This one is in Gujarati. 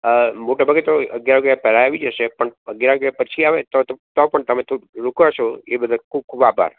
મોટે ભાગે તો અગિયાર વાગ્યા પહેલા આવી જશે પણ અગિયાર વાગ્યા પછી આવે તો તો પણ તમે તો પાછી રોકશો એ બદલ ખૂબ ખૂબ આભાર